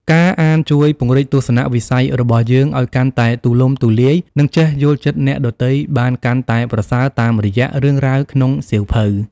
ការអានជួយពង្រីកទស្សនវិស័យរបស់យើងឱ្យកាន់តែទូលំទូលាយ និងចេះយល់ចិត្តអ្នកដទៃបានកាន់តែប្រសើរតាមរយៈរឿងរ៉ាវក្នុងសៀវភៅ។